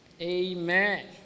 Amen